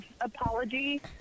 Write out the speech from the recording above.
apology